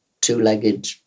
two-legged